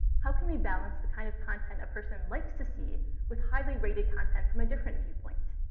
how can we balance the kind of content a person likes to see with highly-rated content from a different viewpoint?